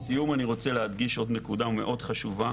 לסיום אני רוצה להדגיש נקודה מאוד חשובה,